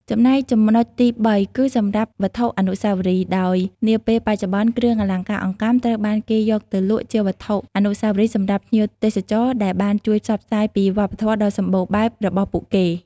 ចំណែក ចំណុចទីបី គឺសម្រាប់ វត្ថុអនុស្សាវរីយ៍ ដោយនាពេលបច្ចុប្បន្ន គ្រឿងអលង្ការអង្កាំត្រូវបានគេយកទៅលក់ជាវត្ថុអនុស្សាវរីយ៍សម្រាប់ភ្ញៀវទេសចរ ដែលបានជួយផ្សព្វផ្សាយពីវប្បធម៌ដ៏សម្បូរបែបរបស់ពួកគេ។